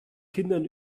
kindern